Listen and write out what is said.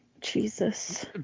Jesus